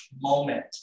moment